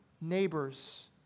Neighbors